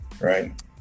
Right